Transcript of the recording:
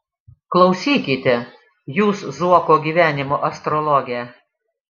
klausykite jūs zuoko gyvenimo astrologe